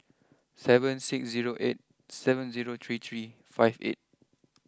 seven six zero eight seven zero three three five eight